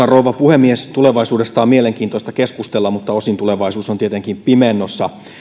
rouva puhemies tulevaisuudesta on mielenkiintoista keskustella mutta osin tulevaisuus on tietenkin pimennossa